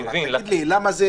תגיד לי: למה זה